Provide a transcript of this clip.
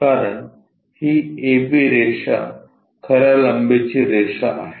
कारण ही A B रेषा खर्या लांबीची रेषा आहे